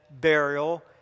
burial